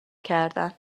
کردن